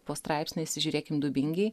po straipsniais žiūrėkim dubingiai